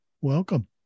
welcome